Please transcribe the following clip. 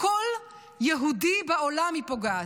בכל יהודי בעולם היא פוגעת.